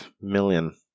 million